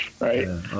Right